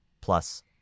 Plus